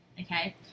Okay